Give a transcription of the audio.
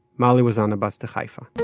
mollie was on a bus to haifa